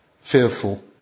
fearful